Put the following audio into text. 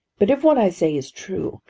but if what i say is true,